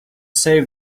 save